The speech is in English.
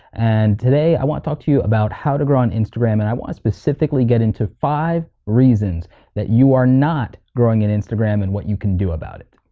and today i want to talk to you about how to grow an instagram and i wanna specifically get into five reasons that you are not growing an instagram and what you can do about it.